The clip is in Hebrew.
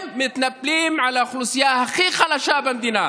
הם מתנפלים על האוכלוסייה הכי חלשה במדינה,